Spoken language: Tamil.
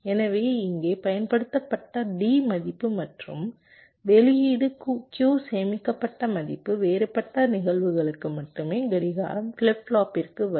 எனவே இங்கே பயன்படுத்தப்பட்ட D மதிப்பு மற்றும் வெளியீடு Q சேமிக்கப்பட்ட மதிப்பு வேறுபட்ட நிகழ்வுகளுக்கு மட்டுமே கடிகாரம் ஃபிளிப் ஃப்ளாப்பிற்கு வரும்